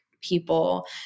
people